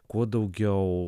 kuo daugiau